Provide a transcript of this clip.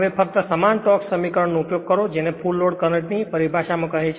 હવે ફક્ત આ સમાન ટોર્ક સમીકરણ નો ઉપયોગ કરો જેને ફુલ લોડ કરંટ ની આ પરિભાષા માં કહે છે